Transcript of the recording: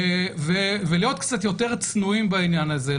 ולהיות קצת יותר צנועים בעניין הזה,